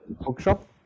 bookshop